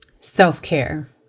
self-care